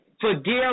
Forgive